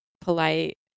polite